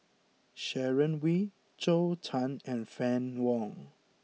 Sharon Wee Zhou Can and Fann Wong